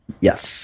Yes